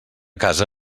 casa